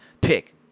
pick